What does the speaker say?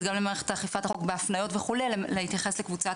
גם למערכת אכיפת החוק בהפניות וכו' - להתייחס לקבוצת